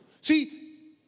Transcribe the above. See